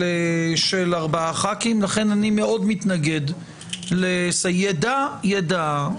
יש לי סיעה של 4 ושל 3. לסיעה של 4 אתה נותן להוציא 3. אומר לה: